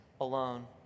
alone